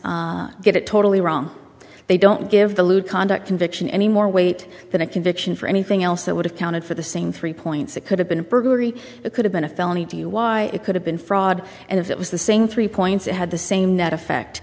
guidelines get it totally wrong they don't give the lewd conduct conviction any more weight than a conviction for anything else that would have counted for the same three points it could have been a burglary it could have been a felony do you why it could have been fraud and if it was the same three points it had the same net effect